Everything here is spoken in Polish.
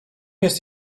jest